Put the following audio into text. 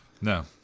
No